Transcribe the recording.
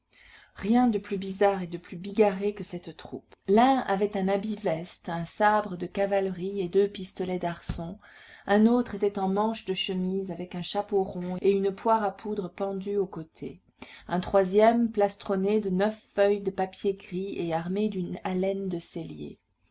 rien de plus bizarre et de plus bigarré que cette troupe l'un avait un habit veste un sabre de cavalerie et deux pistolets d'arçon un autre était en manches de chemise avec un chapeau rond et une poire à poudre pendue au côté un troisième plastronné de neuf feuilles de papier gris et armé d'une alène de sellier